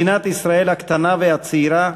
מדינת ישראל הקטנה והצעירה